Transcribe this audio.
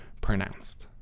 pronounced